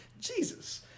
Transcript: Jesus